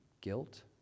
guilt